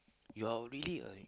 you're really a